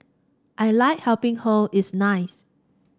I like helping her it's nice